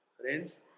Friends